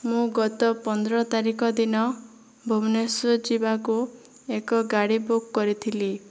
ମୁଁ ଗତ ପନ୍ଦର ତାରିଖ ଦିନ ଭୁବନେଶ୍ୱର ଯିବାକୁ ଏକ ଗାଡ଼ି ବୁକ୍ କରିଥିଲି